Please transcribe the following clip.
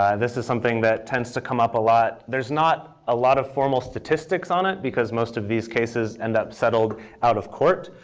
um this is something that tends to come up a lot. there's not a lot of formal statistics on it because most of these cases and are settled out of court.